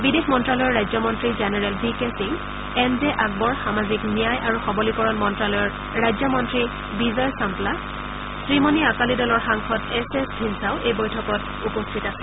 বিদেশ মন্তালয়ৰ ৰাজ্যমন্ত্ৰী general V K Singh M J Akbar সামাজিক ন্যায় আৰু সবলিকৰণ মন্তালয়ৰ ৰাজ্যমন্তী বিজয় চাম্পলা শ্ৰীমনি আকালি দলৰ সাংসদ এছ এছ ধিনচাও এই বৈঠকত উপস্থিত আছিল